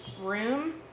Room